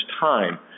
time